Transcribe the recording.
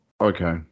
Okay